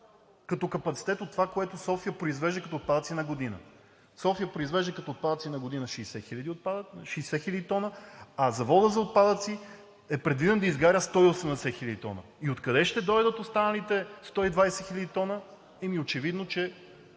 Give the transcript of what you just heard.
като капацитет от онова, което София произвежда като отпадъци на година. София произвежда като отпадъци на година 60 хиляди тона, а Заводът за отпадъци е предвидено да изгаря 180 хиляди тона! И откъде ще дойдат останалите 120 хиляди тона? Ами очевидно, че